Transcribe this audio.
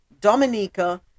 Dominica